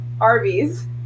Arby's